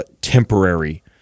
temporary